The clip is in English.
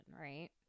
right